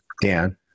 Dan